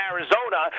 Arizona